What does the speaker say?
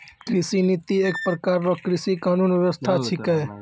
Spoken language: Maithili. कृषि नीति एक प्रकार रो कृषि कानून व्यबस्था छिकै